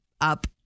up